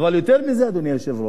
עלויות כלכליות.